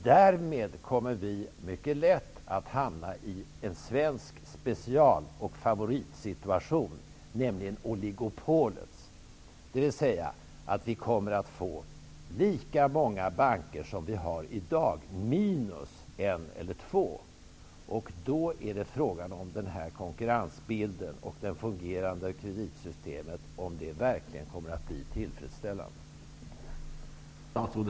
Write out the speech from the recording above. Därmed kommer vi mycket lätt att hamna i en svensk special och favoritsituation, nämligen oligopolet. Vi kommer med andra ord att få lika många banker som vi har i dag minus en eller två. Då är frågan om konkurrensbilden och det fungerande kreditsystemet verkligen kommer att bli tillfredsställande.